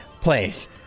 place